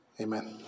amen